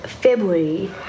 February